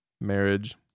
marriage